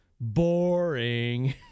boring